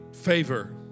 favor